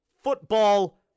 football